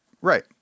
right